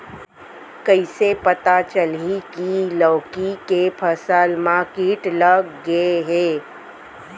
कइसे पता चलही की लौकी के फसल मा किट लग गे हे?